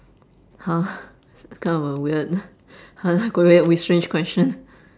[huh] kind of a weird weird we switch question